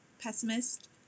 pessimist